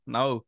Now